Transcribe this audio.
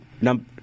number